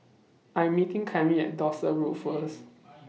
I'm meeting Clemmie At Dorset Road First